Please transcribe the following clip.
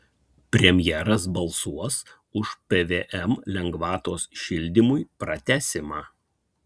premjeras balsuos už pvm lengvatos šildymui pratęsimą